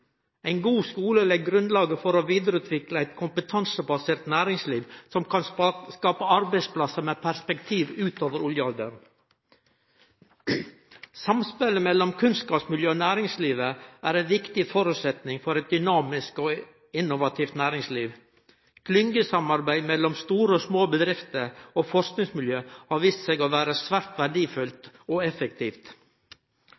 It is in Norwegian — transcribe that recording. Ein god skule legg grunnlaget for å utvikle eit kompetansebasert næringsliv som kan skape arbeidsplassar med perspektiv utover oljealderen. Samspelet mellom kunnskapsmiljø og næringslivet er ein viktig føresetnad for eit dynamisk og innovativt næringsliv. Klyngjesamarbeid mellom store og små bedrifter og forskingsmiljø har vist seg å vere svært